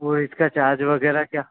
और इसका चार्ज वग़ैरह क्या